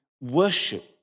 worship